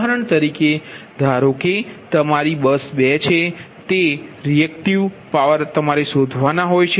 ઉદાહરણ તરીકે ધારો કે આ તમારી બસ 2 છે તેથી રિએકટિવ પાવર તમારે શોધવા ના હોય છે